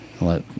let